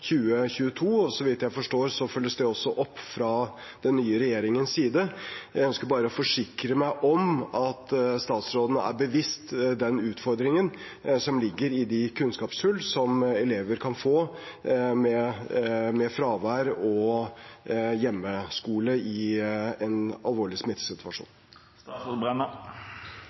2022, og så vidt jeg forstår, følges det også opp fra den nye regjeringens side. Jeg ønsker bare å forsikre meg om at statsråden er bevisst den utfordringen som ligger i de kunnskapshull som elever kan få med fravær og hjemmeskole i en alvorlig